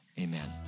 amen